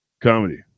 comedy